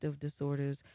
disorders